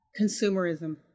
Consumerism